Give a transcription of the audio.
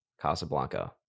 Casablanca